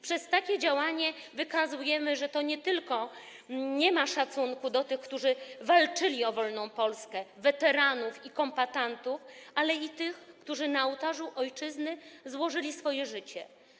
Przez takie działanie wykazujemy, że nie ma szacunku nie tylko do tych, którzy walczyli o wolną Polskę, weteranów i kombatantów, ale i tych, którzy na ołtarzu ojczyzny złożyli swoje życie.